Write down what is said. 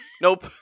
Nope